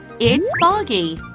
it's foggy.